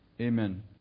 Amen